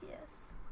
Yes